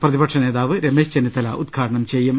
പ്രതി പക്ഷനേതാവ് രമേശ് ചെന്നിത്തല ഉദ്ഘാടനം ചെയ്യും